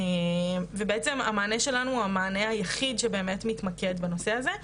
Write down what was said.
בעצם המענה שלנו הוא המענה היחיד שבאמת מתמקד בנושא הזה.